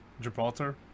Gibraltar